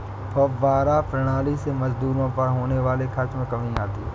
फौव्वारा प्रणाली से मजदूरों पर होने वाले खर्च में कमी आती है